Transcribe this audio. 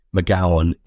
McGowan